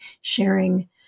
sharing